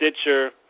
Stitcher